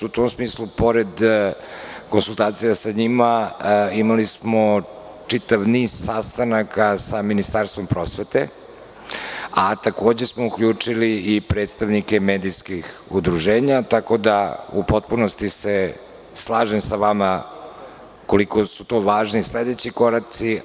U tom smislu, pored konsultacija sa njima, imali smo čitav niz sastanaka sa Ministarstvo prosvete, a takođe smo uključili i predstavnike medijskih udruženja, tako da u potpunosti se slažem sa vama koliko su to važni sledeći koraci.